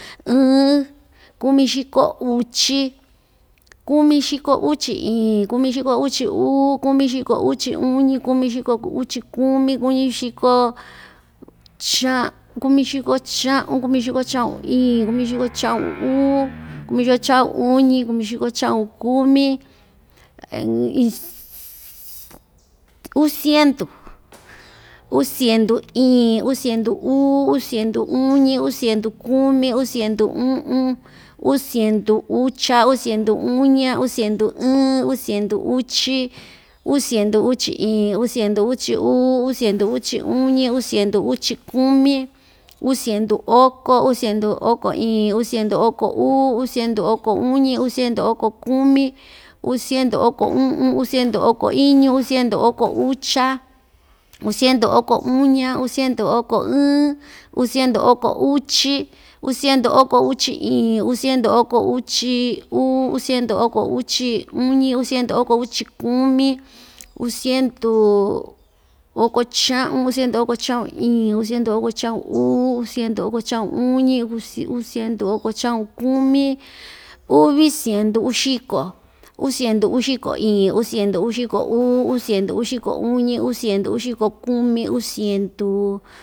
Iɨn, kumixiko uchi, kumixiko uchi iin, kumixiko uchi uu, kumixiko uchi uñi, kumixiko uchi kumi, kuñixiko cha kumixiko cha'un, kumixiko cha'un iin, kumixiko cha'un uu, kumixiko cha'un uñi, kumixiko cha'un kumi, uu siendu, uu siendu iin, uu siendu uu, uu siendu uñi, uu siendu kumi, uu siendu u'un, uu siendu ucha, uu siendu uña, uu siendu ɨɨn, uu siendu uchi, uu siendu uchi iin, uu siendu uchi uu, uu siendu uchi uñi, uu siendu uchi kumi, uu siendu oko, uu siendu oko iin, uu siendu oko uu, uu siendu oko uñi, uu siendu oko kumi, uu siendu oko u'un, uu siendu oko iñu, uu siendu oko ucha, uu siendu oko uña, uu siendu oko ɨɨn, uu siendu oko uchi, uu siendu oko uchi iin, uu siendu oko uchi uu, uu siendu oko uchi uñi, uu siendu oko uchi kumi, uu siendu oko cha'un, uu siendu oko cha'un iin, uu siendu oko cha'un uu, uu siendu oko cha'un uñi, uus uus siendu oko cha'un kumi, uvi siendu uxiko, uu siendu uxiko iin, uu siendu uxiko uu, uu siendu uxiko uñi, uu siendu uxiko kumi, uu siendu.